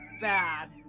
bad